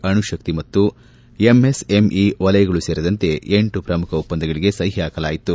ಅಣುಶಕ್ತಿ ಮತ್ತು ಎಂಎಸ್ಎಂಇ ವಲಯಗಳೂ ಸೇರಿದಂತೆ ಎಂಟು ಪ್ರಮುಖ ಒಪ್ಪಂದಗಳಿಗೆ ಸಹಿ ಹಾಕಲಾಯಿತು